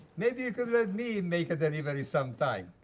maybe you could let me make a delivery sometime.